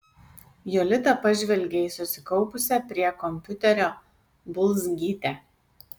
jolita pažvelgė į susikaupusią prie kompiuterio bulzgytę